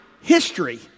history